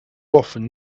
often